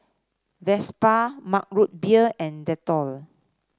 Vespa Mug Root Beer and Dettol